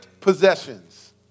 possessions